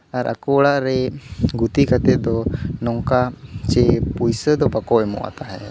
ᱟᱨ ᱟᱠᱚ ᱚᱲᱟᱜ ᱨᱮ ᱜᱩᱛᱤ ᱠᱟᱛᱮ ᱫᱚ ᱱᱚᱝᱠᱟ ᱪᱮ ᱯᱩᱭᱥᱟᱹ ᱫᱚ ᱵᱟᱠᱚ ᱮᱢᱚᱜᱼᱟ ᱛᱟᱦᱮᱸᱫ